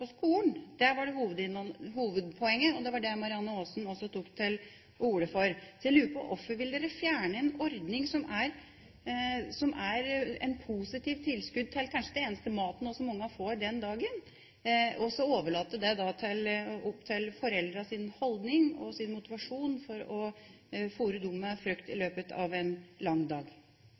skolen. Det var hovedpoenget, og det var det Marianne Aasen også tok til orde for. Så jeg lurer på: Hvorfor vil dere fjerne en ordning som er et positivt tilskudd til kanskje også den eneste maten som barna får den dagen, og så la det være opp til foreldrenes holdning og motivasjon å fôre dem med frukt i løpet av en lang dag?